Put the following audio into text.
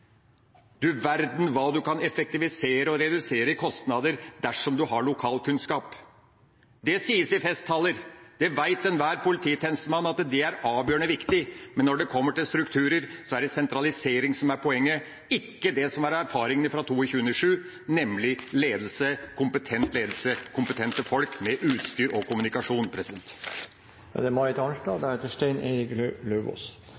Du verden, hva en kan effektivisere og redusere i kostnader dersom en har lokalkunnskap. Det sies i festtaler. Enhver polititjenestemann vet at det er avgjørende viktig, men når det kommer til strukturer, er det sentralisering som er poenget, ikke det som er erfaringa fra 22. juli, nemlig ledelse, kompetent ledelse, kompetente folk med utstyr og kommunikasjon. Representanten Marit Arnstad